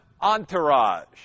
entourage